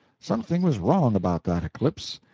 something was wrong about that eclipse,